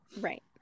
Right